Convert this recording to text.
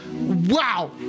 wow